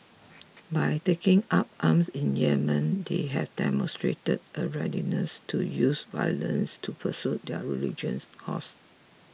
by taking up arms in Yemen they have demonstrated a readiness to use violence to pursue their religious cause